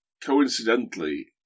coincidentally